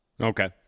Okay